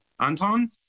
Anton